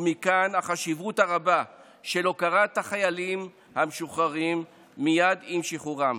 ומכאן החשיבות הרבה של הוקרת החיילים המשוחררים מייד עם שחרורם.